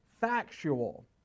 factual